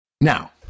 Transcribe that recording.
Now